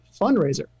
fundraiser